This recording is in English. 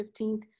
15th